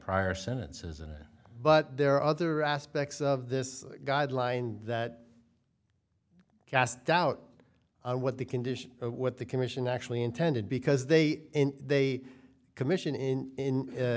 prior sentences and but there are other aspects of this guideline that cast doubt on what the condition what the commission actually intended because they they commission in